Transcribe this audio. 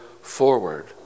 forward